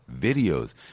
videos